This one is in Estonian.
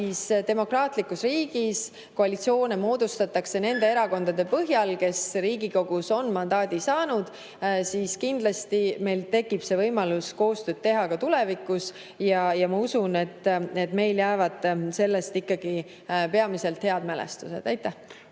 Kui demokraatlikus riigis koalitsioone moodustatakse nende erakondade põhjal, kes Riigikogus on mandaadi saanud, siis kindlasti meil tekib võimalus koostööd teha ka tulevikus. Ja ma usun, et meil jäävad sellest ikkagi peamiselt head mälestused. Aitäh!